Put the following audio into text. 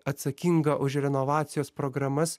atsakinga už renovacijos programas